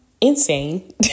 insane